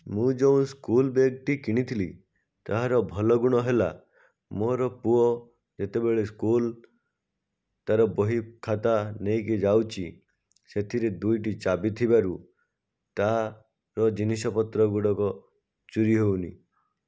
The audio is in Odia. ମୁଁ ଯୋଉଁ ସ୍କୁଲ ବେଗଟି କିଣିଥିଲି ତାହାର ଭଲ ଗୁଣ ହେଲା ମୋର ପୁଅ ଯେତେବେଳେ ସ୍କୁଲ ତାର ବହିଖାତା ନେଇକି ଯାଉଛି ସେଥିରେ ଦୁଇଟି ଚାବି ଥିବାରୁ ତାର ଜିନିଷପତ୍ର ଗୁଡ଼ାକ ଚୋରି ହେଉନି